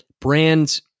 Brands